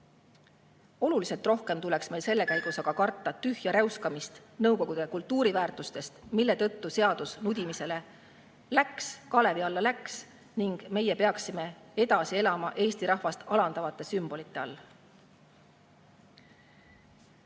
Oluliselt rohkem tuleks meil selle käigus aga karta tühja räuskamist Nõukogude kultuuriväärtustest, mille tõttu seadus nudimisele läks, kalevi alla läks, ning meie peaksime edasi elama Eesti rahvast alandavate sümbolite all.